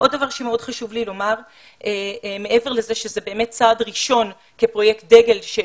עוד דבר שמאוד חשוב לי לומר מעבר לזה שזה באמת צעד ראשון כפרויקט דגל של